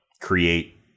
create